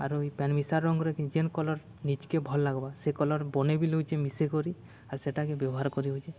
ଆରୁ ଇ ପେନ୍ ମିଶା ରଙ୍ଗ୍ରେକିନି ଯେନ୍ କଲର୍ ନିଜ୍କେ ଭଲ୍ ଲାଗ୍ବା ସେ କଲର୍ ବନେଇ ବି ହଉଚେ ମିଶେଇ କରି ଆର୍ ସେଟାକେ ବ୍ୟବହାର୍ କରି ହଉଚେ